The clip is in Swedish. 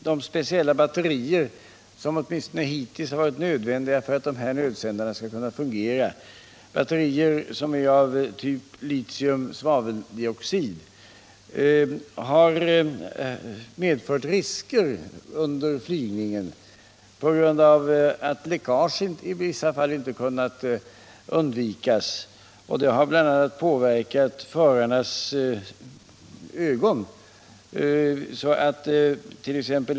De speciella batterier som åtminstone hittills varit nödvändiga för att dessa nödsändare skall fungera, batterier som är av typ litium-svaveldioxid, har medfört risker under Nygningen på grund av att läckage i vissa fall inte kunnat undvikas. Det har bl.a. påverkat förarnas ögon.